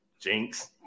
Jinx